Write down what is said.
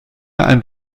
ein